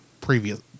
previous